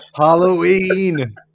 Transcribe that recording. Halloween